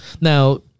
now